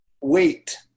wait